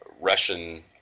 Russian